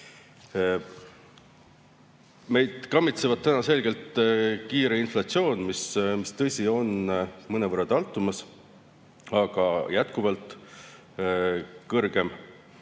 Meid kammitsevad selgelt kiire inflatsioon, mis, tõsi, on mõnevõrra taltumas, aga jätkuvalt kõrgem,